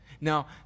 Now